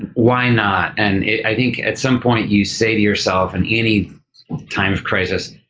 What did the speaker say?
why not? and i think at some point, you say to yourself in any time of crisis,